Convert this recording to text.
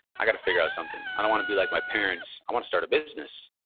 i gotta figure out something. i don't want to be like my parents. i want to start a business.